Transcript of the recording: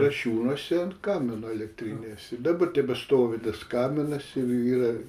kasčiūnuose ant kamino elektrinės dabar tebestovi tas kaminas ir yra